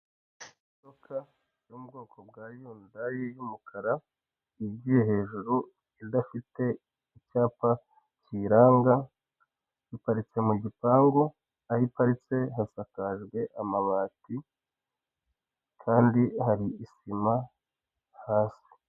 Imodoka yo mu bwoko bwa yundayi y'umukara yigiye hejuru idafite icyapa kiyiranga iparitse mu gipangu aho iparitse hasakajwe amabati kandi hari isima hasi.